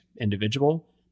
individual